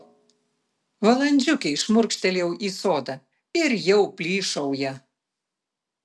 valandžiukei šmurkštelėjau į sodą ir jau plyšauja